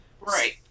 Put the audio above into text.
Right